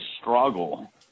struggle